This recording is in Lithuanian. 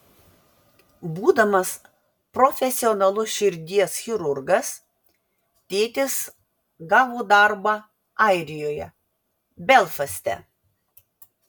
būdamas profesionalus širdies chirurgas tėtis gavo darbą airijoje belfaste